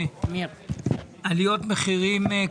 עליית מחירי הארנונה,